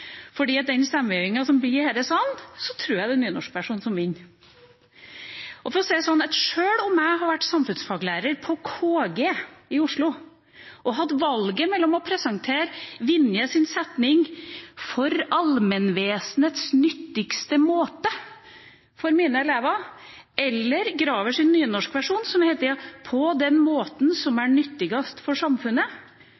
den stemmegivninga som skjer i denne salen, tror jeg det er nynorskversjonen som vinner. Sjøl om jeg hadde vært samfunnsfaglærer på KG i Oslo, og hatt valget mellom å presentere Vinjes setning «for Almenvæsenet nyttigste Maade» for mine elever, eller Gravers nynorsk-versjon, der det heter «på den måten som